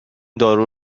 دارو